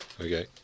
Okay